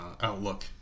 outlook